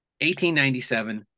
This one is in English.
1897